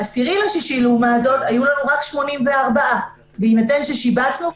ב-10 ביוני לעומת זאת היו לנו רק 84. בהינתן ששיבצנו,